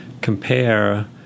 compare